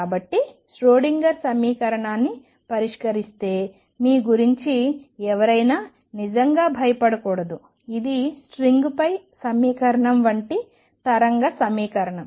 కాబట్టి ష్రోడింగర్ సమీకరణాన్ని పరిష్కరిస్తే మీ గురించి ఎవరైనా నిజంగా భయపడకూడదు ఇది స్ట్రింగ్పై సమీకరణం వంటి తరంగ సమీకరణం